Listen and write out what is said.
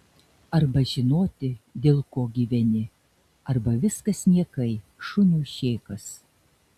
arba žinoti dėl ko gyveni arba viskas niekai šuniui šėkas